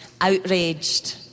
outraged